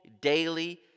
daily